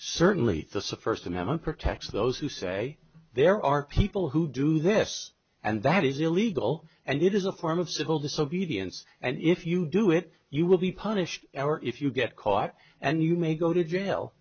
certainly the subversive have and protects those who say there are people who do this and that is illegal and it is a form of civil disobedience and if you do it you will be punished or if you get caught and you may go to jail